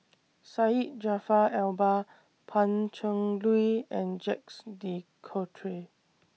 Syed Jaafar Albar Pan Cheng Lui and Jacques De Coutre